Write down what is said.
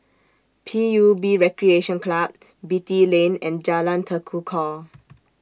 P U B Recreation Club Beatty Lane and Jalan Tekukor